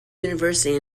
university